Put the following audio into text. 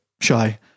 shy